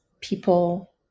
people